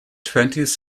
twentieth